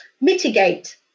mitigate